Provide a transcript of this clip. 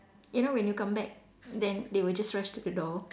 you know when you come back then they will just rush to the door